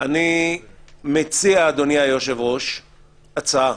אני מציע, אדוני היושב-ראש, הצעה,